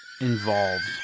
involved